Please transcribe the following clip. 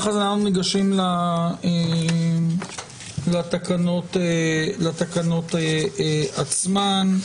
כך: "100 טון אקונומיקה סמיכה פקק כחול על הפרקליטות כשנחזור.